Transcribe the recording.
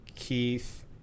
Keith